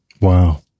Wow